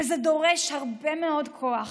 וזה דורש הרבה מאוד כוח.